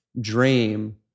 dream